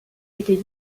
était